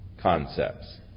concepts